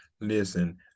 listen